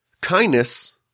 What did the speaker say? Kindness